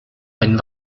ein